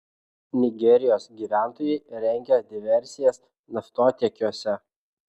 nigerijos gyventojai rengia diversijas naftotiekiuose